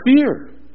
fear